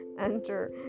enter